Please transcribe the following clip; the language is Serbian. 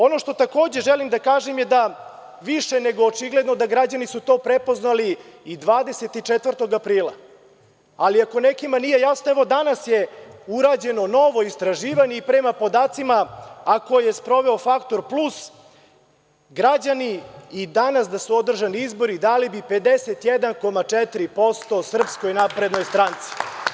Ono što takođe želim da kažem je da više nego očigledno da građani su to prepoznali i 24. aprila, ali ako nekima nije jasno, evo danas je urađeno novo istraživanje i prema podacima, a koje je sproveo „Faktor plus“, građani i danas da su održani izbori dali bi 51,4% SNS.